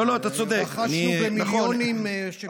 רכשנו במיליונים חיסונים מחברות אחרות.